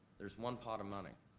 there's one pot of money.